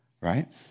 right